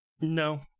No